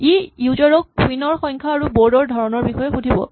ই user ক queen ৰ সংখ্যা আৰু বৰ্ড ৰ ধৰণৰ বিষয়ে সুধিব